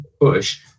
push